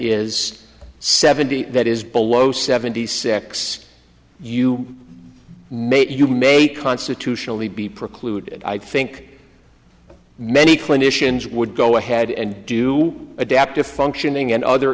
is seventy that is below seventy six you mate you may constitutionally be precluded i think many clinicians would go ahead and do adaptive functioning and other